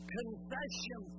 confession